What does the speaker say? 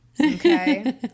Okay